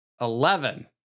eleven